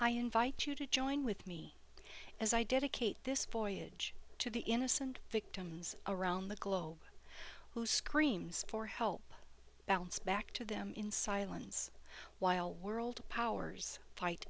i invite you to join with me as i dedicate this for huge to the innocent victims around the globe who screams for help bounce back to them in silence while world powers fight